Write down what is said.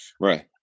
Right